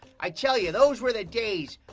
i tell you, those were the days.